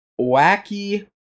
Wacky